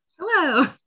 Hello